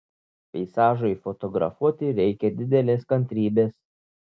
peizažui fotografuoti reikia didelės kantrybės